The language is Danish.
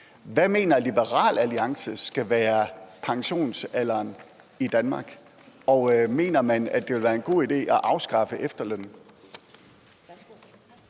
Hvad mener Liberal Alliance skal være pensionsalderen i Danmark, og mener man, at det vil være en god idé at afskaffe efterlønnen?